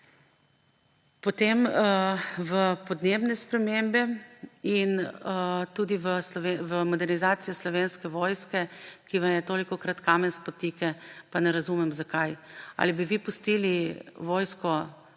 V podnebne spremembe in tudi v modernizacijo Slovenske vojske, kar je tolikokrat kamen spotike, pa ne razumem, zakaj. Ali bi vi pustili vojsko